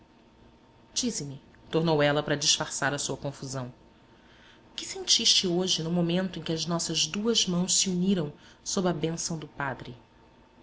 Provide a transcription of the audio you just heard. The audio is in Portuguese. tornou ela para disfarçar a sua confusão o que sentiste hoje no momento em que as nossas duas mãos se uniram sob a bênção do padre